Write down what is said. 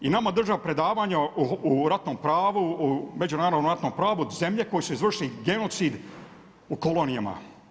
I nama drže predavanja o ratnom pravu, o međunarodnom ratnom pravu zemlje koje su izvršili genocid u kolonijama.